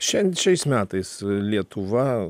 šian šiais metais lietuva